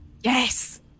Yes